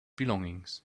belongings